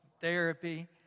therapy